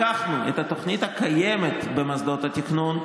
לקחנו את התוכנית הקיימת במוסדות התכנון,